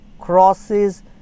crosses